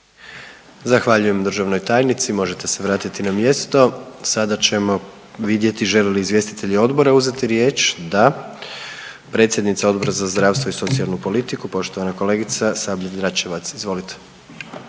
Zahvaljujem državnoj tajnici, možete se vratiti na mjesto. Sada ćemo vidjeti žele li izvjestitelji odbora uzeti riječ? Da. Predsjednica Odbora za zdravstvo i socijalnu politiku, poštovana kolegica Sabljar Dračevac, izvolite.